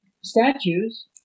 statues